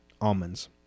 almonds